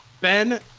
Ben